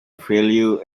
value